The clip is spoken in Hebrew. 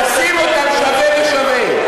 תשים אותם שווה בשווה.